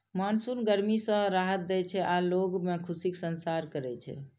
monsoon गर्मी सं राहत दै छै आ लोग मे खुशीक संचार करै छै